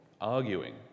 arguing